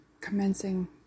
commencing